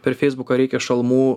per feisbuką reikia šalmų